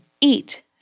eat